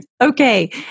Okay